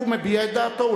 הוא מביע את דעתו,